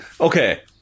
Okay